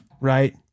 right